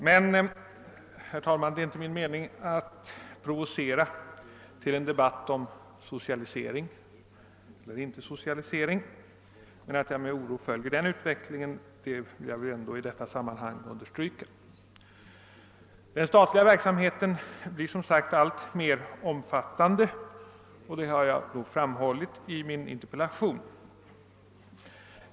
Det är inte min mening, herr talman, att provocera till en debatt om socialisering eller inte socialisering, men att jag med oro följer denna utveckling vill jag ändå i detta sammanhang understryka. Att den statliga verksamheten blir alltmer omfattande har jag också framhållit i min interpellation.